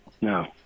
No